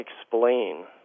explain